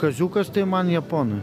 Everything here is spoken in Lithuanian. kaziukas tai man japonui